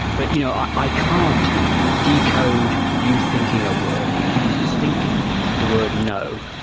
but you know i can't decode you thinking a word. if you think the word no,